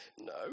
No